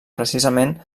precisament